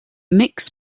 mix